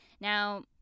Now